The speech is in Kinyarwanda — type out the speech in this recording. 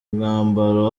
mwambaro